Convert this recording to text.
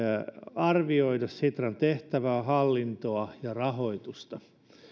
arvioida sitran tehtävää hallintoa ja rahoitusta